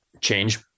change